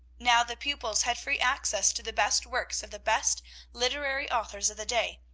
now the pupils had free access to the best works of the best literary authors of the day,